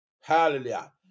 Hallelujah